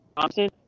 Thompson